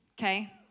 okay